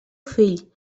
fill